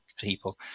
people